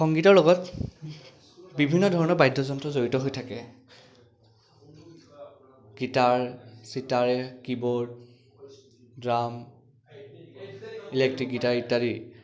সংগীতৰ লগত বিভিন্ন ধৰণৰ বাদ্যযন্ত্ৰ জড়িত হৈ থাকে গীটাৰ চিতাৰে কীবোৰ্ড ড্ৰাম ইলেক্ট্ৰিক গীটাৰ ইত্যাদি